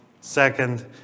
second